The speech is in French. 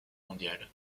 mondiale